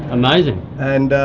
amazing. and,